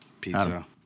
Pizza